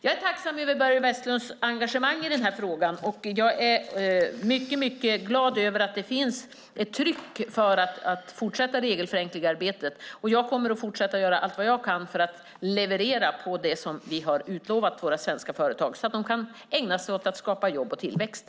Jag är tacksam över Börje Vestlunds engagemang i frågan, och jag är mycket glad över att det finns ett tryck på att fortsätta regelförenklingsarbetet. Jag kommer att fortsätta att göra allt jag kan för att leverera det som vi har utlovat för våra svenska företag så att de kan ägna sig åt att skapa jobb och tillväxt.